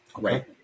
Right